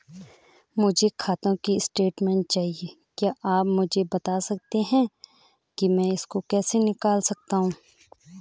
मुझे खाते की स्टेटमेंट चाहिए क्या आप मुझे बताना सकते हैं कि मैं इसको कैसे निकाल सकता हूँ?